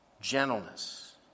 gentleness